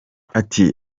ati